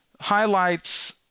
highlights